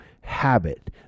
habit